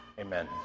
amen